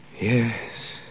Yes